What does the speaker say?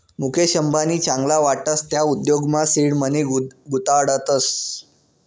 मुकेश अंबानी चांगला वाटस त्या उद्योगमा सीड मनी गुताडतस